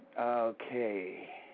Okay